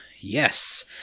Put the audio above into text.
Yes